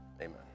Amen